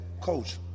Coach